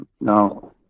Now